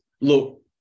Look